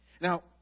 Now